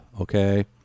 okay